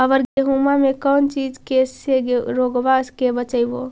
अबर गेहुमा मे कौन चीज के से रोग्बा के बचयभो?